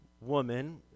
woman